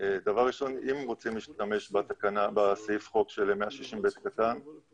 ואז דרך הקריטריונים האלה נוכל להכניס את כלל החיילים ולא רק